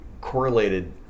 correlated